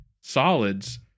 solids